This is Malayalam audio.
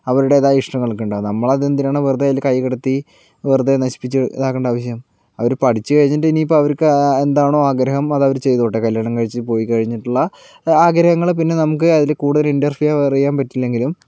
അവരുടേതായ ഇഷ്ടങ്ങളൊക്കെയുണ്ടാകും നമ്മളത് എന്തിനാണ് വെറുതെ അതില് കൈ കടത്തി വെറുതെ നശിപ്പിച്ച് ഇതാക്കേണ്ട ആവശ്യം അവര് പഠിച്ച് കഴിഞ്ഞിട്ട് ഇനിയിപ്പോൾ അവർക്ക് എന്താണോ ആഗ്രഹം അതവര് ചെയ്തോട്ടെ കല്യാണം കഴിച്ച് പോയിക്കഴിഞ്ഞിട്ടുള്ള ആഗ്രഹങ്ങള് പിന്നെ നമുക്ക് അതിൽ കൂടുതൽ ഇൻ്റർഫിയറ് ചെയ്യാൻ പറ്റില്ലെങ്കിലും